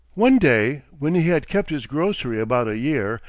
one day when he had kept his grocery about a year,